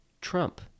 Trump